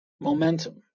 momentum